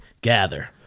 gather